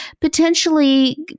potentially